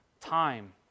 time